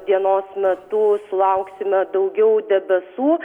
dienos metu sulauksime daugiau debesų